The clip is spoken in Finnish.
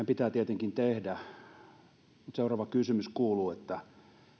pitää tietenkin tehdä mutta seuraava kysymys kuuluu että